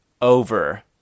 over